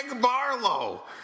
Barlow